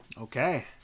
okay